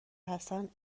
هستند